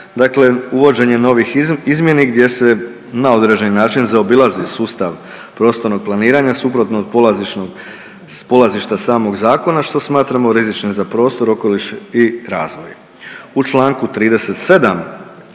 dakle uvođenje novih izmjeni gdje se na određeni način zaobilazi sustav prostornog planiranja suprotno od polazišnog, s polazišta samog zakona što smatramo rizičnim za prostor, okoliš i razvoj.